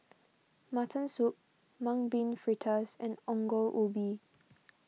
Mutton Soup Mung Bean Fritters and Ongol Ubi